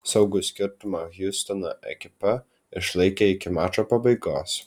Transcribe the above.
saugų skirtumą hjustono ekipa išlaikė iki mačo pabaigos